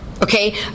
Okay